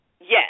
Yes